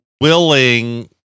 willing